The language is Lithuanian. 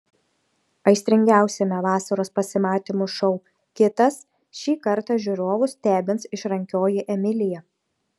aistringiausiame vasaros pasimatymų šou kitas šį kartą žiūrovus stebins išrankioji emilija